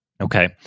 Okay